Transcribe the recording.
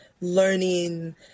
learning